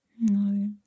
No